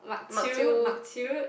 chew mak chew